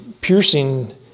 piercing